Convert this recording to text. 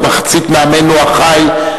מחצית מעמנו החי,